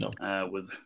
No